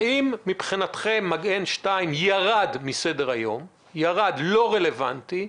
האם מבחינתכם מגן 2 ירד מסדר היום והוא לא רלוונטי,